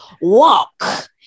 walk